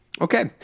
Okay